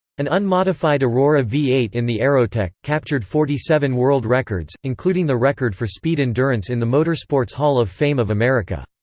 an unmodified aurora v eight in the aerotech, captured forty seven world records, including the record for speed endurance in the motorsports hall of fame of america.